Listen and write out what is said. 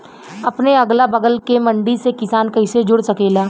अपने अगला बगल के मंडी से किसान कइसे जुड़ सकेला?